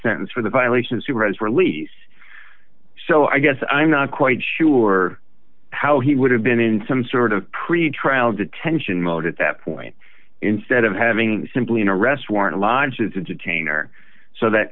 sentence for the violations who has released so i guess i'm not quite sure how he would have been in some sort of pretrial detention mode at that point instead of having simply an arrest warrant launches to detain or so that